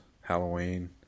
Halloween